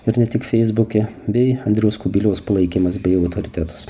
ir ne tik feisbuke bei andriaus kubiliaus palaikymas bei autoritetas